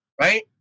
right